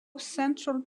central